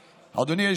אדוני.